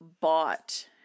bought